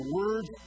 words